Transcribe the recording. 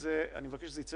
ואני מבקש שזה ייצא